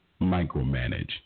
micromanage